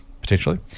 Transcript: potentially